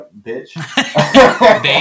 Bitch